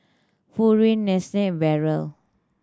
Pureen Nestle and Barrel